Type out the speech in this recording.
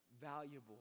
valuable